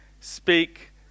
speak